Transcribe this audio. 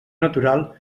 natural